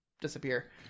disappear